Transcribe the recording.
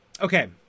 Okay